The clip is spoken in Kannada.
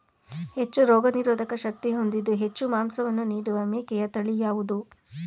ಹೆಚ್ಚು ರೋಗನಿರೋಧಕ ಶಕ್ತಿ ಹೊಂದಿದ್ದು ಹೆಚ್ಚು ಮಾಂಸವನ್ನು ನೀಡುವ ಮೇಕೆಯ ತಳಿ ಯಾವುದು?